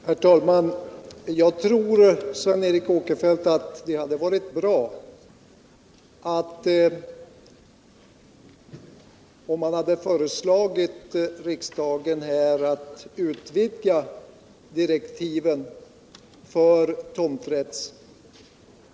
Herr talman! Jag tror, Kjell Mattsson, att det hade varit bra om utskottet föreslagit riksdagen att utvidga direktiven för tomträttskommittén.